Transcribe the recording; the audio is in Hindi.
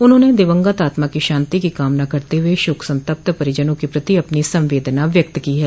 उन्होंने दिवंगत आत्मा की शांति की कामना करते हुए शोक संतप्त परिजनों के प्रति अपनी संवेदना व्यक्त की है